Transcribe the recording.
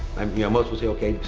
um you know most will say okay,